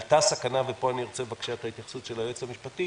עלתה סכנה ופה אני רוצה בבקשה את התייחסות היועץ המשפטי